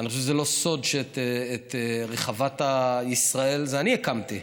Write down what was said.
אני חושב שזה לא סוד שאת רחבת ישראל אני הקמתי.